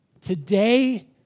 Today